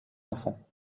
enfants